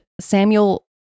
Samuel